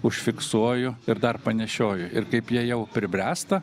užfiksuoju ir dar panešioju ir kaip jie jau pribręsta